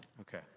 Okay